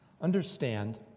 Understand